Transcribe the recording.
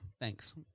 thanks